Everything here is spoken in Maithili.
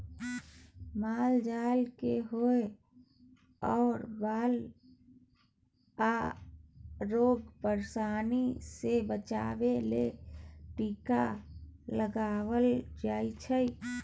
माल जाल केँ होए बला रोग आ परशानी सँ बचाबे लेल टीका लगाएल जाइ छै